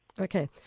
Okay